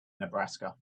nebraska